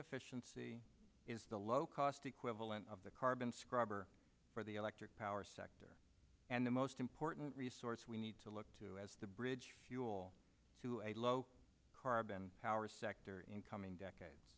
efficiency is the low cost equivalent of the carbon scrubber for the electric power sector and the most important resource we need to look to as the bridge fuel to a low carbon power sector in coming decades